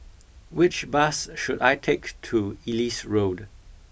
which bus should I take to Ellis Road